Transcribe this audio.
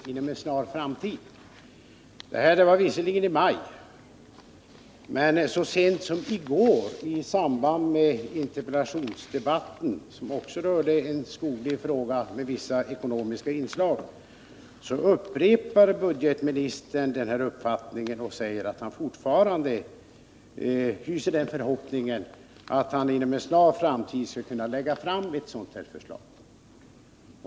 Detta uttalades visserligen i maj, men så sent som i går i samband med en interpellationsdebatt, som också rörde en skoglig fråga med vissa ekonomiska inslag, upprepade ekonomioch budgetministern denna uppfattning och sade, att han fortfarande hyser den förhoppningen att han inom en snar framtid skall kunna lägga fram ett sådant förslag.